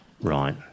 Right